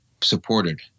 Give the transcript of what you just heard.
supported